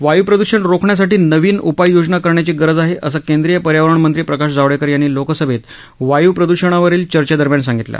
वायुप्रदूषण रोखण्यासाठी नवीन उपाय योजना करण्याची गरज आहे असं केंद्रीय पर्यावरणमंत्री प्रकाश जावडेकर यांनी लोकसभेत वायू प्रद्षणावरील चर्चेदरम्यान सांगितलं